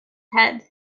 head